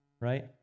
right